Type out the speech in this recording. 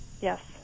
Yes